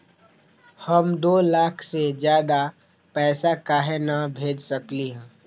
हम दो लाख से ज्यादा पैसा काहे न भेज सकली ह?